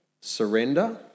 surrender